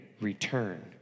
return